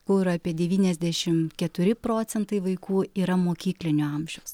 kur apie devyniasdešim keturi procentai vaikų yra mokyklinio amžiaus